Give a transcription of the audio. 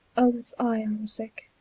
o it's i am sick,